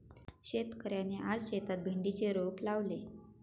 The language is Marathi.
शेतकऱ्याने आज शेतात भेंडीचे रोप लावले